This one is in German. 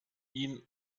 ihn